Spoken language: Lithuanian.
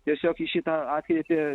tiesiog į šitą atkreipė